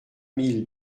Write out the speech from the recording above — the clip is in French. mille